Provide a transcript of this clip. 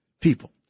people